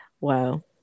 Wow